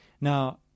Now